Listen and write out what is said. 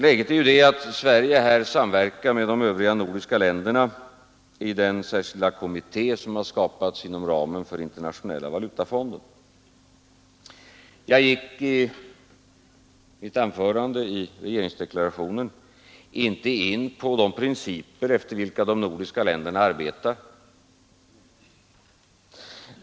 Läget är att Sverige här samverkar med de övriga nordiska länderna i den särskilda kommitté som har skapats inom ramen för Internationella valutafonden. Jag gick i mitt anförande i regeringsdekla rationen inte in på de principer efter vilka de nordiska länderna arbetar.